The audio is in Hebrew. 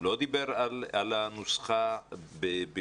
הוא לא דיבר על הנוסחה בפרטי-פרטים.